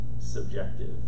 subjective